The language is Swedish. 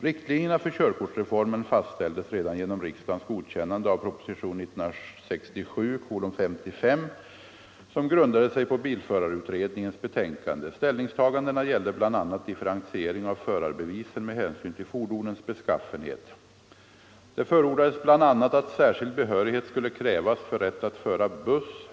Riktlinjerna för körkortsreformen fastställdes redan genom riksdagens godkännande av proposition 1967:55, som grundade sig på bilförarutredningens betänkande. Ställningstagandena gällde bl.a. differentiering av förarbevisen med hänsyn till fordonens beskaffenhet. Det förordades bl.a. att särskild behörighet skulle krävas för rätt att föra buss.